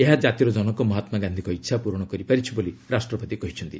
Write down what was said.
ଏହା ଜାତିର ଜନକ ମହାତ୍ମା ଗାନ୍ଧିଙ୍କ ଇଚ୍ଛା ପୂରଣ କରିପାରିଛି ବୋଲି ରାଷ୍ଟ୍ରପତି କହିଛନ୍ତି